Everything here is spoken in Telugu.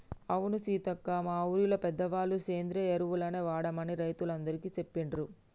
అవును సీతక్క మా ఊరిలో పెద్దవాళ్ళ సేంద్రియ ఎరువులనే వాడమని రైతులందికీ సెప్పిండ్రు